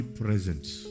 presence